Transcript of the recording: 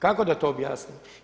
Kako da to objasnim?